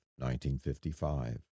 1955